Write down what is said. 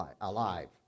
alive